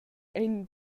ein